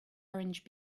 orange